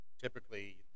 Typically